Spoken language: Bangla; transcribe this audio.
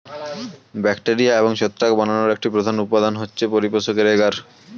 ব্যাকটেরিয়া এবং ছত্রাক বানানোর একটি প্রধান উপাদান হচ্ছে পরিপোষক এগার